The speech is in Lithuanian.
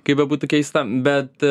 kaip bebūtų keista bet